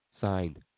signed